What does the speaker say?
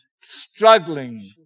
struggling